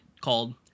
called